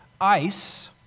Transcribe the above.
Ice